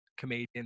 Comedian